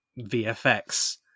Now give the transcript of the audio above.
VFX